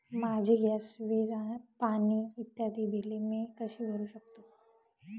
माझी गॅस, वीज, पाणी इत्यादि बिले मी कशी भरु शकतो?